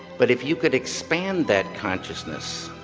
but if you could expand that consciousness,